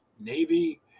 Navy